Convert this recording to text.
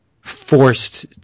forced